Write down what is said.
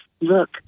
look